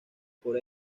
por